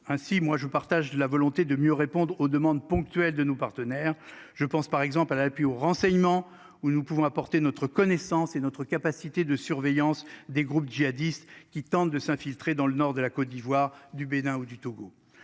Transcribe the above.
ainsi. Moi je partage la volonté de mieux répondre aux demandes ponctuelles de nos partenaires. Je pense par exemple à l'appui aux renseignements où nous pouvons apporter notre connaissance et notre capacité de surveillance des groupes djihadistes qui tentent de s'infiltrer dans le nord de la Côte d'Ivoire du Bénin ou du Togo.